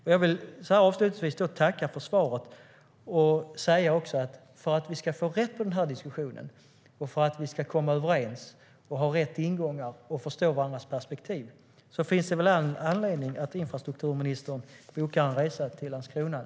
Avslutningsvis vill jag tacka för svaret och säga att för att vi ska komma överens, ha rätt ingångar och förstå varandras perspektiv finns det väl all anledning för infrastrukturministern att boka en resa till Landskrona.